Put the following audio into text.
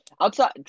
Outside